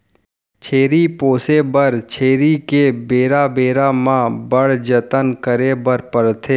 छेरी पोसे बर छेरी के बेरा बेरा म बड़ जतन करे बर परथे